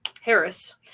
Harris